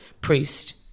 priest